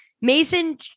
Mason